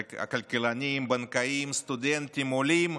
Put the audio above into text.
כלכלנים, בנקאים, סטודנטים, עולים,